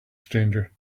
stranger